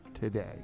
today